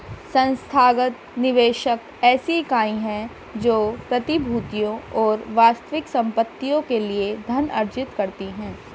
संस्थागत निवेशक ऐसी इकाई है जो प्रतिभूतियों और वास्तविक संपत्तियों के लिए धन अर्जित करती है